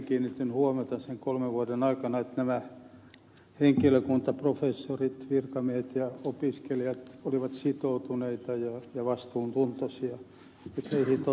kiinnitin huomiota sen kolmen vuoden aikana siihen että henkilökunta professorit virkamiehet ja opiskelijat olivat sitoutuneita ja vastuuntuntoisia ja heihin todella voi luottaa